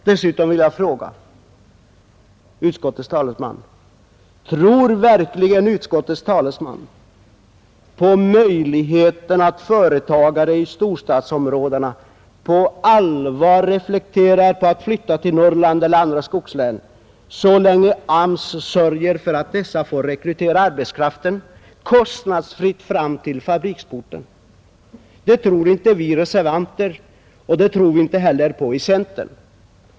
Dessutom vill jag fråga: Tror verkligen utskottets talesman på möjligheten att företagare i storstadsområdena på allvar reflekterar på att flytta till Norrland eller andra skogslän så länge AMS sörjer för att de får rekrytera arbetskraften kostnadsfritt fram till fabriksporten? Det tror inte vi reservanter, och det tror vi inte heller i centern.